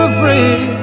free